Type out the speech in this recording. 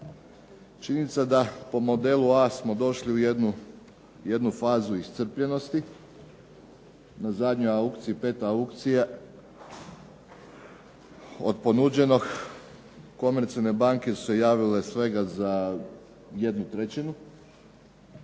Činjenica da po modelu A smo došli u jednu fazu iscrpljenosti. Na zadnjoj aukciji 5 aukcija od ponuđenog komercijalne banke su se javile svega za 1/3. prema